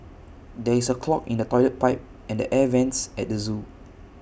there is A clog in the Toilet Pipe and the air Vents at the Zoo